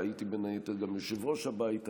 והייתי בין היתר גם יושב-ראש הבית הזה,